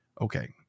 Okay